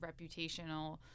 reputational